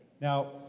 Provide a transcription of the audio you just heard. Now